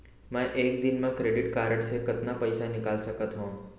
मैं एक दिन म क्रेडिट कारड से कतना पइसा निकाल सकत हो?